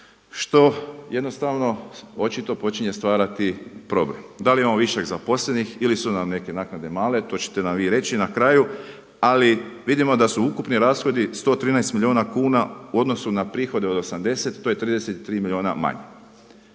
što jednostavno očito počinje stvarati problem. Da li imamo višak zaposlenih ili su nam neke naknade male, to ćete nam vi reći na kraju, ali vidimo da su ukupni rashodi 113 milijuna kuna u odnosu na prihode od 80 to je 33 milijuna manje.